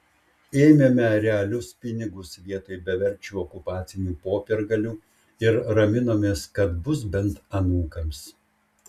ėmėme realius pinigus vietoj beverčių okupacinių popiergalių ir raminomės kad bus bent anūkams